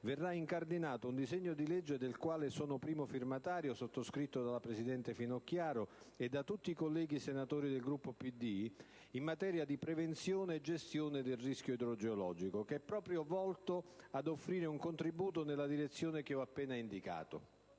verrà incardinato un disegno di legge del quale sono primo firmatario, sottoscritto dalla presidente Finocchiaro e da tutti i senatori del Gruppo PD, in materia di «Prevenzione e gestione del rischio idrogeologico», volto ad offrire un contributo nella direzione che ho appena indicato.